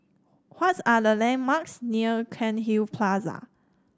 what are the landmarks near Cairnhill Plaza